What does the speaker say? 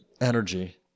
energy